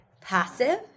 passive